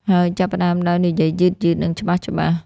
ហើយចាប់ផ្តើមដោយនិយាយយឺតៗ និងច្បាស់ៗ។